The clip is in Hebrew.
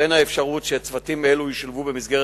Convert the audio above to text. תיבחן האפשרות שצוותים אלו ישולבו במסגרת